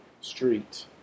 street